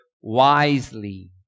wisely